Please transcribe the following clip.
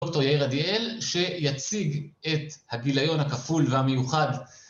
דוקטור יאיר עדיאל, שיציג את הגיליון הכפול והמיוחד